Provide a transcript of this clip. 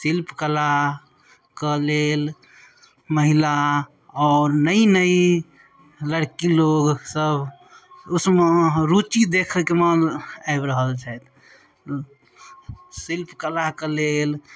शिल्पकलाके लेल महिला आओर नव नव लड़की लोग सभ ओहिमे रूचि देखैमे आबि रहल छथि शिल्पकलाके लेल